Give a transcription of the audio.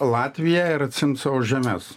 latviją ir atsiimt savo žemes